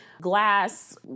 glass